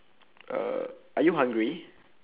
uh are you hungry